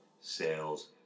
sales